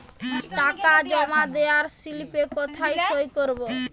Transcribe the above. টাকা জমা দেওয়ার স্লিপে কোথায় সই করব?